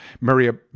Maria